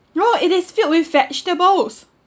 no it is filled with vegetables